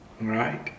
right